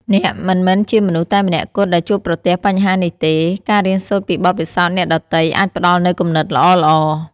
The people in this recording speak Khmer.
អ្នកមិនមែនជាមនុស្សតែម្នាក់គត់ដែលជួបប្រទះបញ្ហានេះទេ ការរៀនសូត្រពីបទពិសោធន៍អ្នកដទៃអាចផ្ដល់នូវគំនិតល្អៗ។